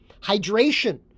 hydration